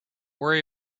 worry